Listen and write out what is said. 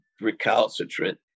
recalcitrant